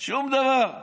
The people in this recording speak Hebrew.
שום דבר.